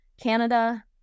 Canada